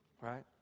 right